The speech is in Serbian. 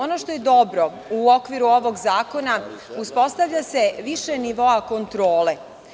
Ono što je dobro u okviru ovog zakona uspostavlja se više nivoa kontrole.